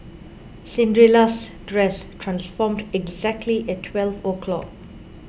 Cinderella's dress transformed exactly at twelve o' clock